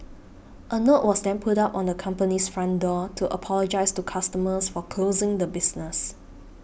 a note was then put up on the company's front door to apologise to customers for closing the business